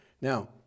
Now